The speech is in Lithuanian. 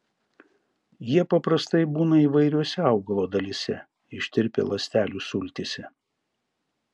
jie paprastai būna įvairiose augalo dalyse ištirpę ląstelių sultyse